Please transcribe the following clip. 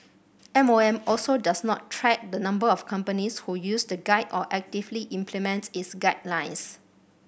M O M also does not track the number of companies who use the guide or actively implements its guidelines